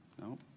No